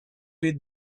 bit